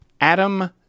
Adam